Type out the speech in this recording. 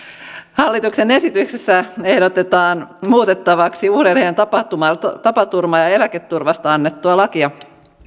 hallituksen esityksessä ehdotetaan muutettavaksi urheilijan tapaturma tapaturma ja eläketurvasta annettua lakia